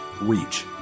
reach